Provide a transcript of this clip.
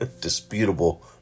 disputable